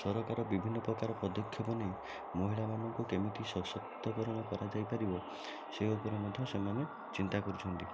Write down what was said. ସରକାର ବିଭିନ୍ନ ପ୍ରକାର ପଦକ୍ଷେପ ନେଇ ମହିଳାମାନଙ୍କୁ କେମିତି ସଶକ୍ତ କରଣ କରାଯାଇପାରିବ ସେ ଉପରେ ମଧ୍ୟ ସେମାନେ ଚିନ୍ତା କରୁଛନ୍ତି